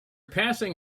passing